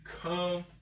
come